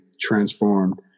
transformed